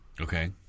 Okay